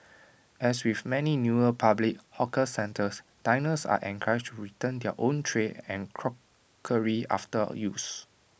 as with many newer public hawker centres diners are encouraged to return their own tray and crockery after use